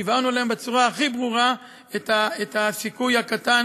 והבהרנו להם בצורה הכי ברורה את הסיכוי הקטן